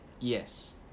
Yes